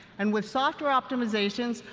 and with software optimizations,